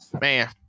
Man